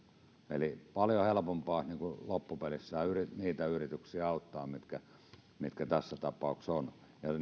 eli paljon helpompaa olisi loppupeleissä auttaa niitä yrityksiä mitkä tässä tapauksessa ovat niin kuin